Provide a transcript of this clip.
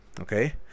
okay